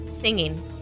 Singing